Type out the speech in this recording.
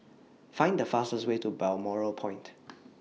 Find The fastest Way to Balmoral Point